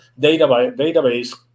database